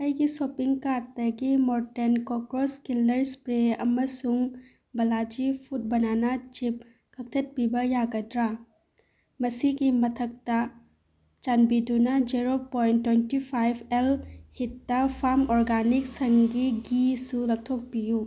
ꯑꯩꯒꯤ ꯁꯣꯞꯄꯤꯡ ꯀꯥꯔꯠꯇꯒꯤ Mortein cockroach killer spray ꯑꯃꯁꯨꯡ ꯕꯂꯥꯖꯤ ꯐꯨꯠ ꯕꯅꯥꯅꯥ ꯆꯤꯞ ꯀꯛꯊꯠꯄꯤꯕ ꯌꯥꯒꯗ꯭ꯔꯥ ꯃꯁꯤꯒꯤ ꯃꯊꯛꯇ ꯆꯥꯟꯕꯤꯗꯨꯅ zero point twenty five L ꯍꯤꯇꯥ ꯐꯥꯔꯝ ꯑꯣꯔꯒꯥꯅꯤꯛ ꯁꯪꯒꯤ ꯘꯤꯁꯨ ꯂꯧꯊꯣꯛꯄꯣꯌꯨ